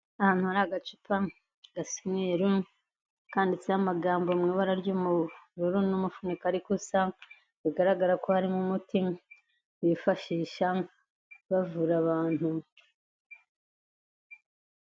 Ahantu hari agacupa gasa umweru, kanditseho amagambo mu ibara ryo mu bururu n'umufuniko ariko usa, bigaragara ko harimo umuti bifashisha bavura abantu.